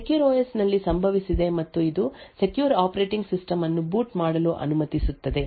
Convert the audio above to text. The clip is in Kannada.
ಸೆಕ್ಯೂರ್ ಓಎಸ್ ನಲ್ಲಿ ಸಂಭವಿಸಿದೆ ಮತ್ತು ಇದು ಸೆಕ್ಯೂರ್ ಆಪರೇಟಿಂಗ್ ಸಿಸ್ಟಮ್ ಅನ್ನು ಬೂಟ್ ಮಾಡಲು ಅನುಮತಿಸುತ್ತದೆ